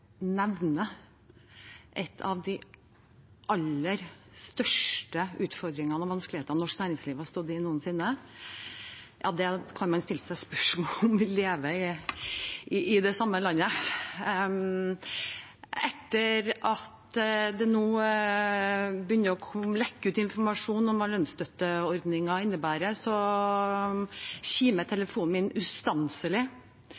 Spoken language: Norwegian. nevne en av de aller største utfordringene og vanskelighetene norsk næringsliv har stått i noensinne, kan man stille seg spørsmål om vi lever i det samme landet. Nå etter at det begynte å lekke ut informasjon om hva lønnsstøtteordningen innebærer,